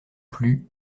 plu